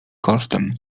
kosztem